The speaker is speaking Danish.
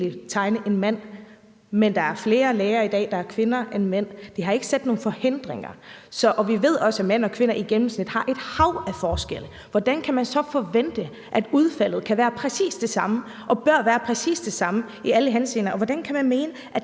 tegne en mand, men der er flere læger i dag, der er kvinder end mænd. Det har ikke sat nogen forhindringer. Vi ved også, at mænd og kvinder i gennemsnit har et hav af forskelle. Hvordan kan man så forvente, at udfaldet kan være præcis det samme og bør være præcis det samme i alle henseender? Og hvordan kan man mene, at